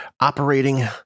operating